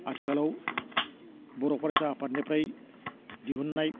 आथिखालाव बर' फरायसा आफादनिफ्राय दिहुन्नाय